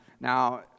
Now